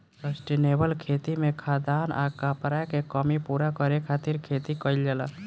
sustainable खेती में खाद्यान आ कपड़ा के कमी पूरा करे खातिर खेती कईल जाला